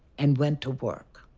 and went to work.